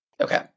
Okay